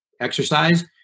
exercise